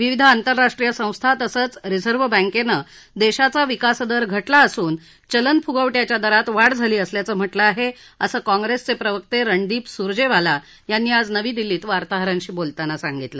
विविध आंतरराष्ट्रीय संस्था तसंच रिझर्व्ह बँकेनं देशाचा विकासदर घटला असून चलनफुगवट्याच्या दरात वाढ झाली असल्याचं म्हटलं आहे असं काँग्रेसचे प्रवक्ते रणदीप सुरजेवाला यांनी आज नवी दिल्लीत वार्ताहरांशी बोलताना सांगितलं